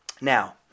Now